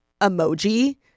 emoji